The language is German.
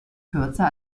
kürzer